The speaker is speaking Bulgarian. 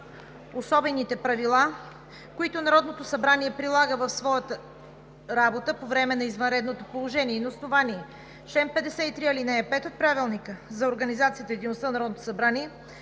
особените правила, които Народното събрание прилага в своята работа по време на извънредното положение и на основание чл. 53, ал. 5 от Правилника за организация на дейността на Народното събрание,